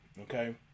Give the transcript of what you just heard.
okay